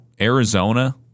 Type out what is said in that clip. Arizona